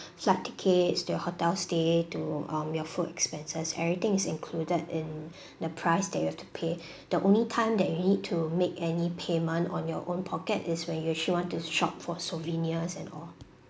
flight tickets your hotel stay to um your food expenses everything is included in the price that you have to pay the only time that you need to make any payment on your own pocket is when you actually want to shop for souvenirs and all